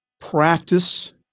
Practice